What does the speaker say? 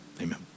amen